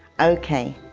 ok.